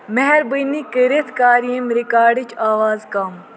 مہربٲنی کٔرِتھ کَر ییٚمِہ رِکاڈٕچ آواز کم